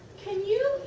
can you